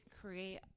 create